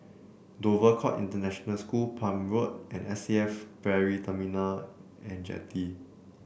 Dover Court International School Palm Road and S A F Ferry Terminal and Jetty